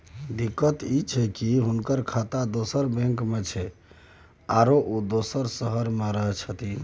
दिक्कत इ छै की हुनकर खाता दोसर बैंक में छै, आरो उ दोसर शहर में रहें छथिन